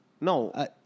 No